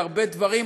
הרבה דברים,